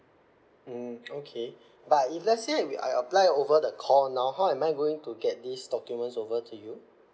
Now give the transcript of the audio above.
mm okay but if let's say I apply over the call now how am I going to get these documents over to you